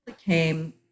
came